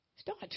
Start